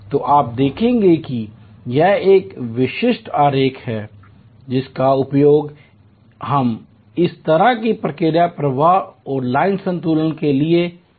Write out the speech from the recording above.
तो आप देखते हैं कि यह एक विशिष्ट आरेख है जिसका उपयोग हम इस तरह की प्रक्रिया प्रवाह और लाइन संतुलन के लिए करते हैं